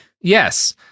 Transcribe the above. Yes